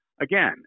Again